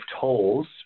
tolls